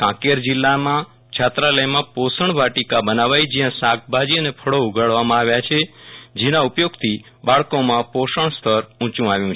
કાંકેર જિલ્લામાં છાત્રાલયમાં પોષણ વાટીકા બનાવાઈ જ્યાં શાકભાજી અને ફળો ઉગાડવામાં આવ્યા છે જેના ઉપયોગથી બાળકોમાં પોષણ સ્તર ઉંચુ આવ્યું છે